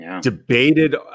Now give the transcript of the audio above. debated